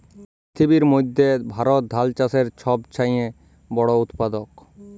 পিথিবীর মইধ্যে ভারত ধাল চাষের ছব চাঁয়ে বড় উৎপাদক